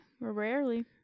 rarely